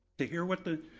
to hear what the